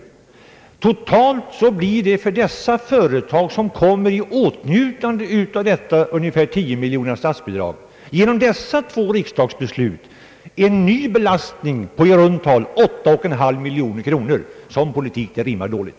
Totalt blir det för dessa företag, som kommer i åtnjutande av 10 miljoner kronor i statsbidrag, genom de här två riksdagsbesluten en, ny belastning på i runt tal 8,5 miljoner kronor. Sådan politik rimmar dåligt.